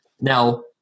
Now